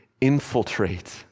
infiltrate